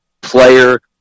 player